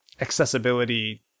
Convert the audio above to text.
accessibility